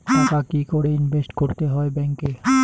টাকা কি করে ইনভেস্ট করতে হয় ব্যাংক এ?